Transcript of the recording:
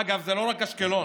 אגב, זה לא רק אשקלון,